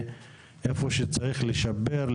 ואיפה שצריך לשפר,